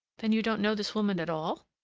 then you don't know this woman at all?